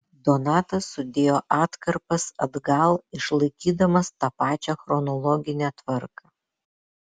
donatas sudėjo atkarpas atgal išlaikydamas tą pačią chronologinę tvarką